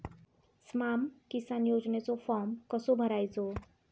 स्माम किसान योजनेचो फॉर्म कसो भरायचो?